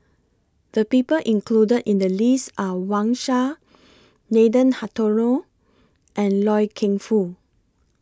The People included in The list Are Wang Sha Nathan Hartono and Loy Keng Foo